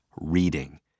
reading